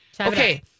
Okay